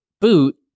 boot